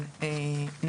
2,